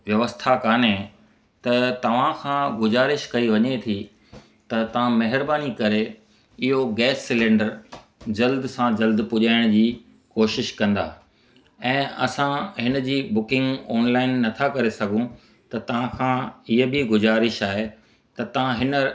व्यवस्था कोन्हे त तव्हांखां गुज़ारिश कई वञे थी त तव्हां महिरबानी करे इहो गैस सिलैंडर जल्द सां जल्द पुजाइण जी कोशिशि कंदा ऐं असां हिन जी बुकिंग ऑनलाइन नथा करे सघूं त तव्हांखां हीअ बि गुज़ारिश आहे त तव्हां हिन